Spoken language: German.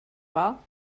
wahr